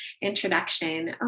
introduction